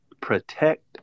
Protect